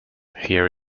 here